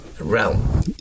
realm